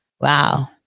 wow